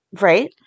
Right